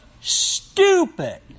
stupid